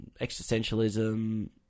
existentialism